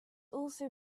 also